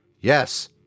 Yes